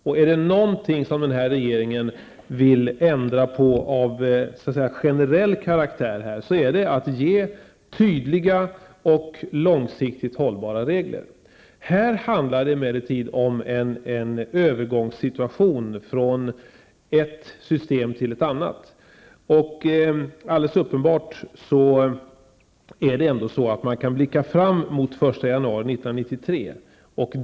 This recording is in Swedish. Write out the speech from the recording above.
Och är det något som denna regering vill ändra på av generell karaktär är att det i ställetskall ges tydliga och långsiktigt hållbara regler. I detta sammanhang handlar det emellertid om en övergångssituation från ett system till ett annat. Alldeles uppenbart kan man ändå blicka framemot den 1 januari 1993.